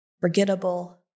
forgettable